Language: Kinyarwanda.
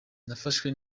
nafashwe